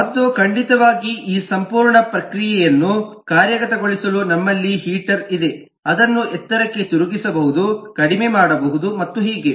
ಮತ್ತು ಖಂಡಿತವಾಗಿಯೂ ಈ ಸಂಪೂರ್ಣ ಪ್ರಕ್ರಿಯೆಯನ್ನು ಕಾರ್ಯಗತಗೊಳಿಸಲು ನಮ್ಮಲ್ಲಿ ಹೀಟರ್ ಇದೆ ಅದನ್ನು ಎತ್ತರಕ್ಕೆ ತಿರುಗಿಸಬಹುದು ಕಡಿಮೆ ಮಾಡಬಹುದು ಮತ್ತು ಹೀಗೆ